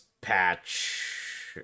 patch